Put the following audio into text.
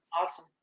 Awesome